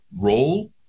role